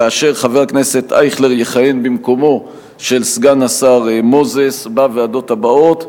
חבר הכנסת אייכלר יכהן במקומו של סגן השר מוזס בוועדות הבאות: